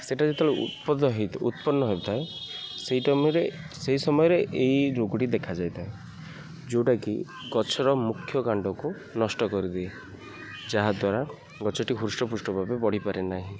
ସେଇଟା ଯେତେବେଳେ ଉତ୍ପଦ ଉତ୍ପନ୍ନ ହେଉଥାଏ ସେଇ ଟାଇମରେ ସେହି ସମୟରେ ଏଇ ରୋଗଟି ଦେଖାଯାଇଥାଏ ଯେଉଁଟାକି ଗଛର ମୁଖ୍ୟ କାଣ୍ଡକୁ ନଷ୍ଟ କରିଦିଏ ଯାହାଦ୍ୱାରା ଗଛଟି ହୃଷ୍ଟପୃଷ୍ଟ ଭାବେ ବଢ଼ିପାରେ ନାହିଁ